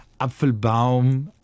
Apfelbaum